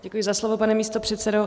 Děkuji za slovo, pane místopředsedo.